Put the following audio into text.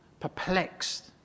perplexed